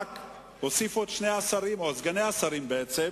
החיות זו לצד זו בשלום ובביטחון.